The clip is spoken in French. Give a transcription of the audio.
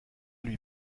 lui